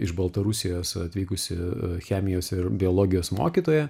iš baltarusijos atvykusi chemijos ir biologijos mokytoja